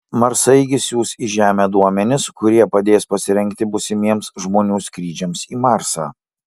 marsaeigis siųs į žemę duomenis kurie padės pasirengti būsimiems žmonių skrydžiams į marsą